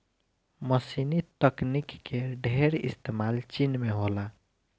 मशीनी तकनीक के ढेर इस्तेमाल चीन में होला